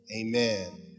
amen